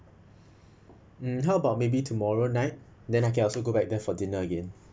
mm how about maybe tomorrow night then I can also go back there for dinner again